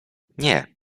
nie